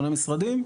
בונה משרדים,